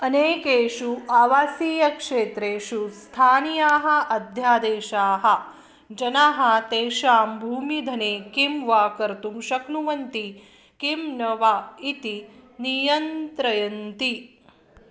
अनेकेषु आवासीयक्षेत्रेषु स्थानीयाः अत्यादेशाः जनाः तेषां भूमिधने किं वा कर्तुं शक्नुवन्ति किं न वा इति नियन्त्रयन्ति